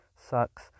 Sucks